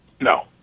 no